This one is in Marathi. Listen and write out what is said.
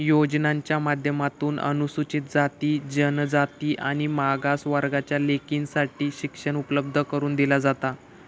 योजनांच्या माध्यमातून अनुसूचित जाती, जनजाति आणि मागास वर्गाच्या लेकींसाठी शिक्षण उपलब्ध करून दिला जाता